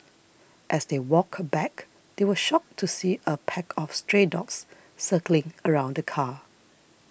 as they walked back they were shocked to see a pack of stray dogs circling around the car